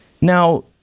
Now